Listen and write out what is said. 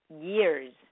years